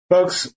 Folks